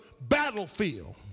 battlefield